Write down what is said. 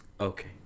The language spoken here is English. okay